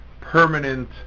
permanent